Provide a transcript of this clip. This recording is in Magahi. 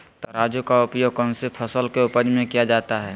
तराजू का उपयोग कौन सी फसल के उपज में किया जाता है?